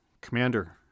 Commander